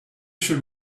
should